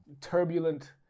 turbulent